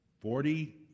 Forty